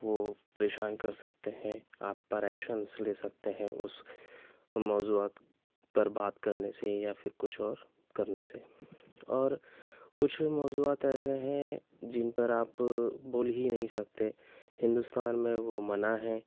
وہ پریشان کر سکتے ہیں آپ پر ایکشنز لے سکتے ہیں اُس موضوعات پر بات کرنے سے یا پھر کچھ اور کرنے سے اور کچھ موضوعات ایسے ہیں جن پر آپ بول ہی نہیں سکتے ہندوستان میں وہ منع ہے